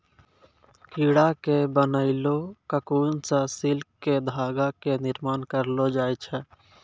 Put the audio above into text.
कीड़ा के बनैलो ककून सॅ सिल्क के धागा के निर्माण करलो जाय छै